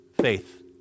faith